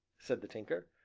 said the tinker.